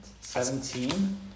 Seventeen